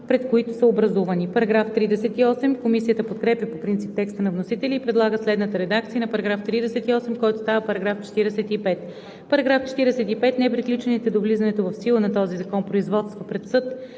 пред които са образувани.“ Комисията подкрепя по принцип текста на вносителя и предлага следната редакция на § 38, който става $ 45: „§ 45. Неприключилите до влизането в сила на този закон производства пред съд,